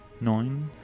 Nine